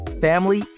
family